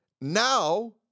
Now